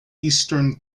eastern